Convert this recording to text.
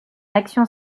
action